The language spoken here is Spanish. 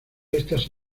estas